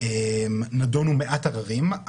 נדונו מעט עררים,